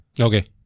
okay